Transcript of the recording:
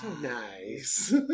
nice